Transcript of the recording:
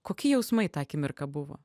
kokie jausmai tą akimirką buvo